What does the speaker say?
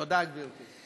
תודה, גברתי.